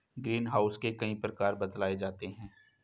green house के कई प्रकार बतलाए जाते हैं